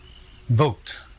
Vote